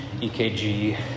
EKG